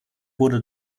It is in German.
wurde